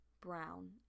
brown